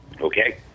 Okay